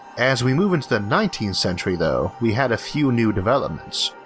as we move into the nineteenth century though we had a few new developments.